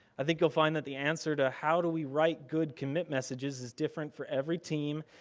i think you'll find that the answer to how do we write good commit messages is different for every team,